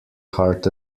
heart